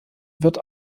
wird